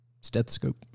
Stethoscope